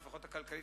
לפחות הכלכלית,